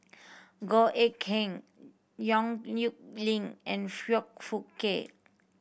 Goh Eck Kheng Yong Nyuk Lin and Foong Fook Kay